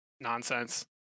nonsense